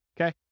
okay